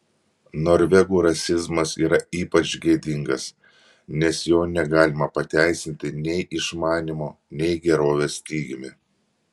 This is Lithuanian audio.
norvegų rasizmas yra ypač gėdingas nes jo negalima pateisinti nei išmanymo nei gerovės stygiumi